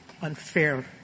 unfair